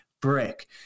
brick